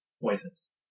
poisons